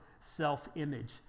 self-image